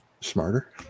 smarter